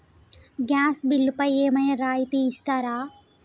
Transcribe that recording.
Gas బిల్లుపై ఏమైనా రాయితీ ఇస్తారా?